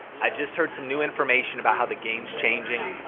i just heard some new information about how the game's changing.